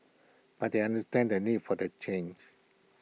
but they understand the need for the change